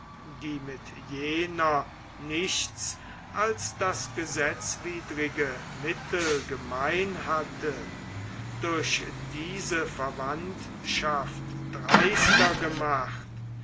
die mit jener nichts als das gesetzwidrige mittel gemein hatte durch diese verwandtschaft dreister gemacht